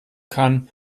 kann